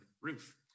roof